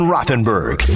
Rothenberg